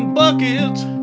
buckets